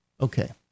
Okay